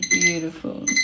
beautiful